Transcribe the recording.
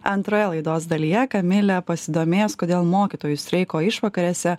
antroje laidos dalyje kamilė pasidomės kodėl mokytojų streiko išvakarėse